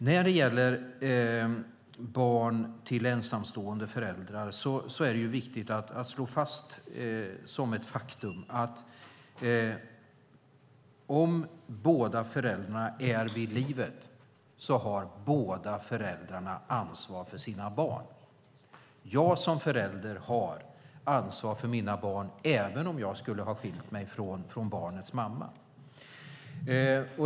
När det gäller barn till ensamstående föräldrar är det viktigt att slå fast som ett faktum att om båda föräldrarna är i livet har båda föräldrarna ansvar för sina barn. Jag som förälder har ansvar för mina barn även om jag skulle jag ha skilt mig från barnens mamma.